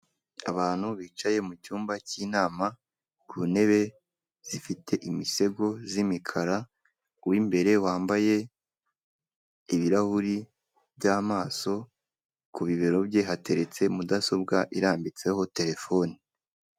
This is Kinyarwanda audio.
Abantu bicaye mu cyumba cy'inama, ku ntebe zifite imisego z'imikara, uw'imbere wambaye ibirahuri by'amaso, ku bibero bye hateretse mudasobwa irambitseho telefone.